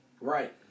Right